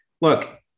look